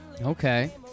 Okay